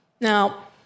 Now